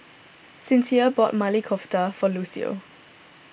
Sincere bought Maili Kofta for Lucio